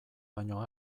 baino